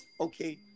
Okay